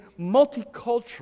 multicultural